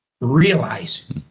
realize